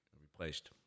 replaced